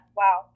wow